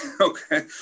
okay